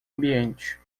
ambiente